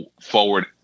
forward